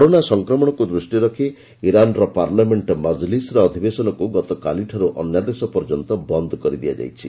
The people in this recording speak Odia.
କରୋନା ସଂକ୍ରମଣକୁ ଦୃଷ୍ଟିରେ ରଖି ଇରାନ୍ର ପାର୍ଲାମେଷ୍ଟ ମଜଲିସ୍ର ଅଧିବେଶନକୁ ଗତକାଲିଠାରୁ ଅନ୍ୟାଦେଶ ପର୍ଯ୍ୟନ୍ତ ବନ୍ଦ କରିଦିଆଯାଇଛି